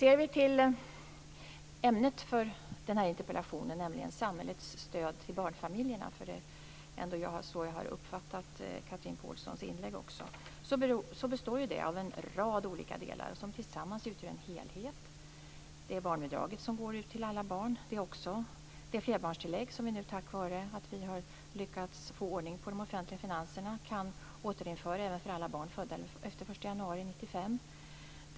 Om vi ser på ämnet för interpellationen, nämligen samhällets stöd till barnfamiljerna - det är så som jag har uppfattat Chatrine Pålssons inlägg - består det av en rad olika delar som tillsammans utgör en helhet. Det är barnbidraget, som går till alla barn. Det är flerbarnstillägget, som tack vare att vi har lyckats få ordning på de offentliga finanserna kan återinföras för alla barn födda efter den 1 januari 1995.